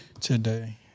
Today